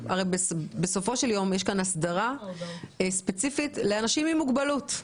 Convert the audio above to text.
בסופו של יום יש כאן הסדרה ספציפית לאנשים עם מוגבלות.